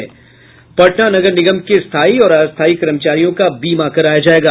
पटना नगर निगम के स्थायी और अस्थायी कर्मचारियों का बीमा कराया जायेगा